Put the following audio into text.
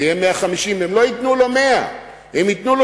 זה יהיה 150. אז הם לא ייתנו לו 100. הם ייתנו לו